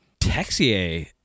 Texier